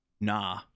nah